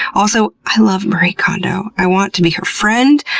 also, i love marie kondo. i want to be her friend.